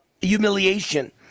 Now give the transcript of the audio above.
humiliation